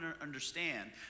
understand